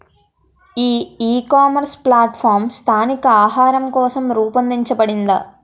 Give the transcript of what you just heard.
ఈ ecommerce platform స్థానిక ఆహారం కోసం రూపొందించబడిందా?